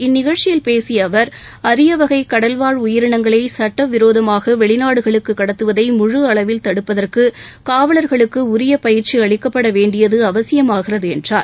இந்நிகழ்ச்சியில் பேசிய அவர் அரியவகை கடல்வாழ் உயிரினங்களை சுட்டவிரோதமாக வெளிநாடுகளுக்கு கடத்துவதை முழு அளவில் தடுப்பதற்கு காவலர்களுக்கு உரிய பயிற்சி அளிக்கப்பட வேண்டியது அவசியமாகிறது என்றார்